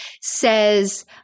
says